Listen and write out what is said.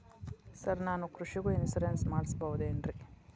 Sir ನಾನು ಕೃಷಿಗೂ insurance ಮಾಡಸಬಹುದೇನ್ರಿ?